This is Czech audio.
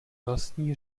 vlastní